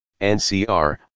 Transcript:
NCR